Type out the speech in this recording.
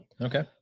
okay